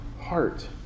heart